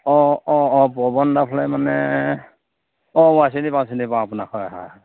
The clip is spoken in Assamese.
অঁ অঁ অঁ পবন দা ফালে মানে অঁ মই চিনি পাওঁ চিনি পাওঁ আপোনাক হয় হয়